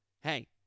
hey